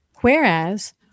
whereas